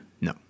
No